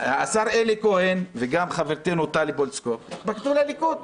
השר אלי כהן וגם חברתנו טלי פלוסקוב התפקדו לליכוד.